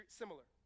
similar